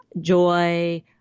joy